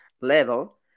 level